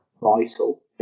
vital